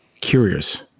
curious